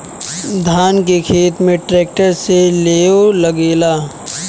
धान के खेत में ट्रैक्टर से लेव लागेला